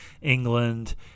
England